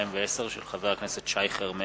התש”ע 2010, מאת חבר הכנסת שי חרמש,